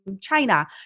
China